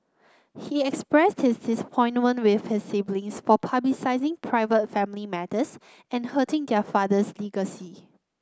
he expressed his disappointment with his siblings for publicising private family matters and hurting their father's legacy